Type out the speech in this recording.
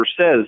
says